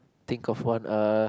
think of one uh